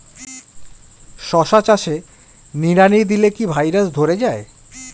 শশা চাষে নিড়ানি দিলে কি ভাইরাস ধরে যায়?